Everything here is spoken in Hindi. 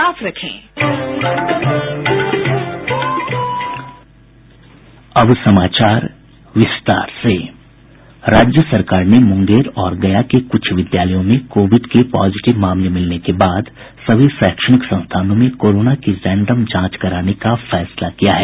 साउंड बाईट राज्य सरकार ने मुंगेर और गया के कुछ विद्यालयों में कोविड के पॉजिटिव मामले मिलने के बाद सभी शैक्षणिक संस्थानों में कोरोना की रैंडम जांच कराने का फैसला किया है